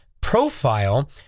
profile